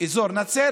את אזור נצרת,